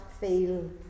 feel